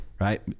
right